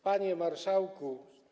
Panie Marszałku!